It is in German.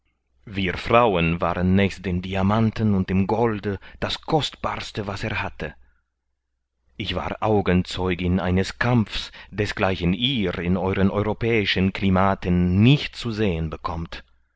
wir frauen waren nächst den diamanten und dem golde das kostbarste was er hatte ich war augenzeugin eines kampfs desgleichen ihr in euren europäischen klimaten nicht zu sehen bekommt